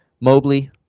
Mobley